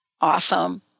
Awesome